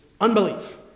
Unbelief